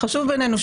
חשוב בעינינו,